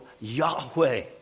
Yahweh